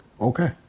Okay